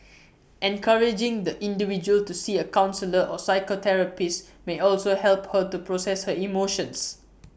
encouraging the individual to see A counsellor or psychotherapist may also help her to process her emotions